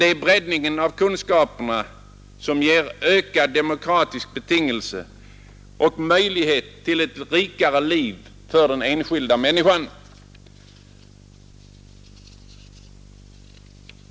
Det är breddningen av kunskaperna som ger ökade demokratiska betingelser och möjlighet till ett rikare liv för den enskilda människan.